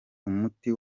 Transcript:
umuti